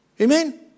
Amen